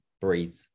breathe